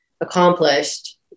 accomplished